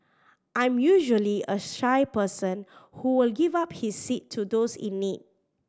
I'm usually a shy person who will give up his seat to those in need